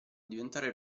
diventare